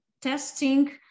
testing